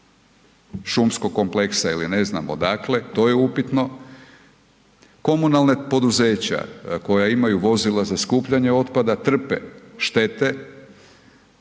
šumskog kompleksa ili ne znam odakle, to je upitno, komunalna poduzeća koja imaju vozila za skupljanje otpada, trpe štete,